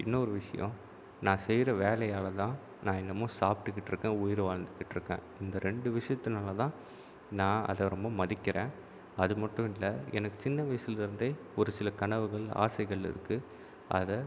இன்னொரு விஷயம் நான் செய்கிற வேலையால் தான் நான் இன்னுமும் சாப்ட்டுகிட்டு இருக்கேன் உயிர் வாழ்ந்துக்கிட்டு இருக்கேன் இந்த ரெண்டு விஷயத்துனால தான் நான் அதை ரொம்ப மதிக்கிறேன் அது மட்டும் இல்லை எனக்கு சின்ன வயசுலேருந்தே ஒரு சில கனவுகள் ஆசைகள் இருக்குது அதை